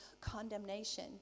condemnation